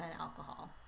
alcohol